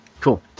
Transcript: Cool